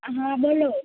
હા બોલો